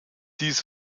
dies